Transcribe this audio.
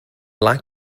like